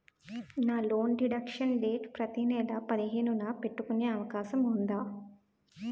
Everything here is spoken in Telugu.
నా లోన్ డిడక్షన్ డేట్ ప్రతి నెల పదిహేను న పెట్టుకునే అవకాశం ఉందా?